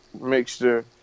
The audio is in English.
mixture